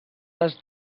les